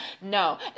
No